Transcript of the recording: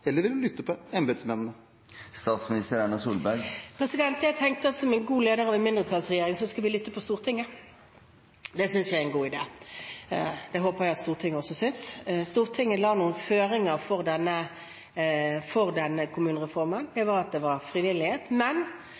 eller vil hun lytte til embetsmennene? Jeg tenker at som en god leder av en mindretallsregjering skal man lytte til Stortinget. Det synes jeg er en god idé. Det håper jeg at også Stortinget synes. Stortinget la noen føringer for denne kommunereformen. Det var at det skulle være frivillighet,